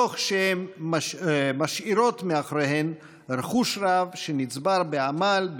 תוך שהן משאירות מאחוריהן רכוש רב שנצבר בעמל,